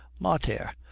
mater,